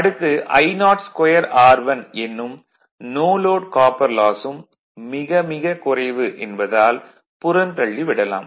அடுத்து I02R1 என்னும் no load copper loss ம் மிக மிக குறைவு என்பதால் புறந்தள்ளி விடலாம்